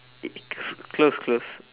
it's close close